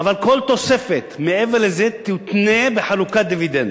אבל כל תוספת מעבר לזה תותנה בחלוקת דיבידנדים.